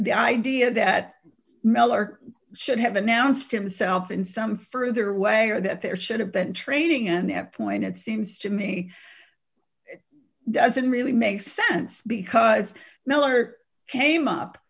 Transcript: the idea that miller should have announced himself in some further way or that there should have been training and have pointed seems to me doesn't really make sense because miller came up